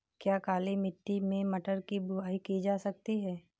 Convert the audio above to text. क्या काली मिट्टी में मटर की बुआई की जा सकती है?